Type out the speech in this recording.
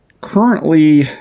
Currently